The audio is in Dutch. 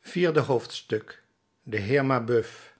vierde hoofdstuk de heer mabeuf